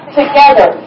together